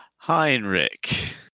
Heinrich